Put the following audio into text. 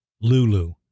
lulu